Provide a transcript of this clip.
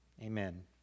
Amen